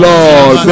Lord